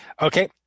okay